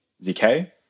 ZK